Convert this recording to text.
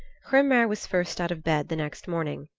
hrymer was first out of bed the next morning.